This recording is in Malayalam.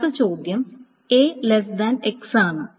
അടുത്ത ചോദ്യം A x ആണ്